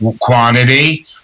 quantity